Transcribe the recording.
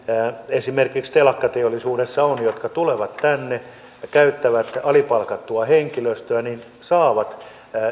esimerkiksi telakkateollisuudessa on joka tulee tänne ja käyttää alipalkattua henkilöstöä saa